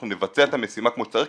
אנחנו נבצע את המשימה כמו שצריך.